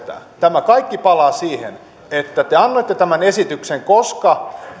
tämä kaikki palaa siihen että te annoitte tämän esityksen koska